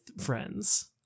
friends